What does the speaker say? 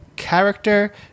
Character